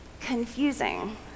confusing